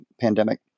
pandemic